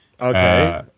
Okay